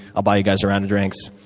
i'll buy you guys a round of drinks.